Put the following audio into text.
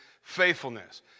faithfulness